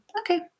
Okay